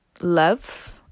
love